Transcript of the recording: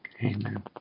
Amen